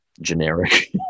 generic